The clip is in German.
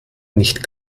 nicht